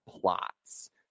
plots